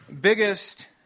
biggest